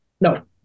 No